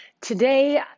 Today